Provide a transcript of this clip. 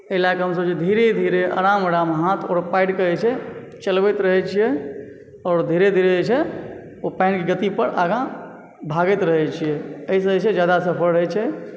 एहि लयके हमसभ धीरे धीरे आराम आराम हाथ आओर पयरके जे छै चलबैत रहे छियै आओर धीरे धीरे जे छै ओ पानिके गति पर आगाँ भागैत रहे छियै एहिसँ जे छै जादा असरगर रहैत छै